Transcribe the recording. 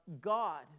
God